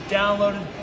downloaded